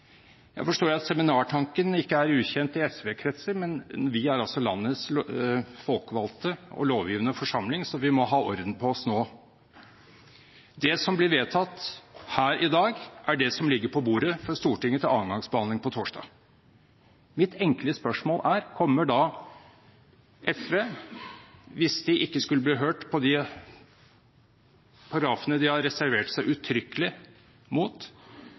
Jeg forstår at seminartanken ikke er ukjent i SV-kretser, men vi er altså landets folkevalgte og lovgivende forsamling, så vi må ha orden på oss selv nå. Det som blir vedtatt her i dag, er det som ligger på bordet for Stortinget til andre gangs behandling på torsdag. Mitt enkle spørsmål er: Kommer da SV, hvis de ikke skulle bli hørt når det gjelder de paragrafene de har reservert seg uttrykkelig mot, til å stemme mot